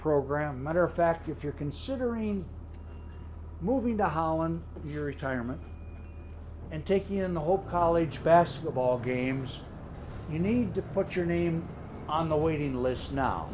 program matter of fact if you're considering moving to holland your retirement and taking in the whole college basketball games you need to put your name on the waiting list now